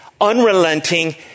unrelenting